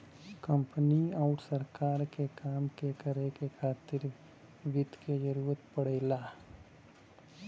company आउर सरकार के काम के करे खातिर वित्त क जरूरत पड़ला